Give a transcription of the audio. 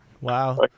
wow